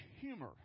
humor